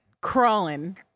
crawling